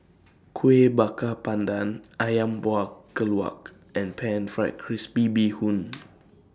Kuih Bakar Pandan Ayam Buah Keluak and Pan Fried Crispy Bee Hoon